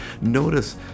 Notice